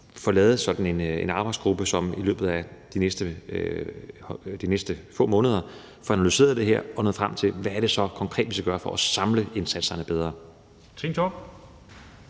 får lavet sådan en arbejdsgruppe, som i løbet af de næste få måneder får analyseret det her og når frem til, hvad det så er, vi konkret skal gøre for at få samlet indsatserne bedre. Kl.